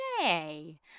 yay